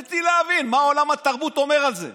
רציתי להבין מה עולם התרבות אומר על זה.